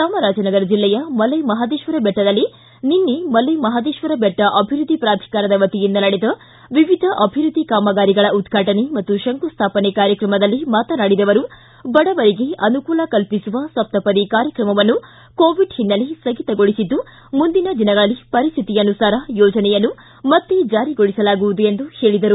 ಚಾಮರಾಜನಗರ ಜಿಲ್ಲೆಯ ಮಲೆ ಮಹದೇಶ್ವರ ಬೆಟ್ಟದಲ್ಲಿ ನಿನ್ನೆ ಮಲೆ ಮಹದೇಶ್ವರ ಬೆಟ್ಟ ಅಭಿವೃದ್ಧಿ ಪಾಧಿಕಾರದ ವತಿಯಿಂದ ನಡೆದ ವಿವಿಧ ಅಭಿವೃದ್ಧಿ ಕಾಮಗಾರಿಗಳ ಉದ್ಘಾಟನೆ ಮತ್ತು ಶಂಕುಸ್ಥಾಪನೆ ಕಾರ್ಯಕ್ರಮದಲ್ಲಿ ಮಾತನಾಡಿದ ಅವರು ಬಡವರಿಗೆ ಅನುಕೂಲ ಕಲ್ಪಿಸುವ ಸಪ್ತಪದಿ ಕಾರ್ಯಕ್ರಮವನ್ನು ಕೋವಿಡ್ ಹಿನ್ನೆಲೆ ಸ್ವಗಿತಗೊಳಿಸಿದ್ದು ಮುಂದಿನ ದಿನಗಳಲ್ಲಿ ಪರಿಸ್ಥಿತಿಯನುಸಾರ ಹೇಳಿದರು